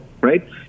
right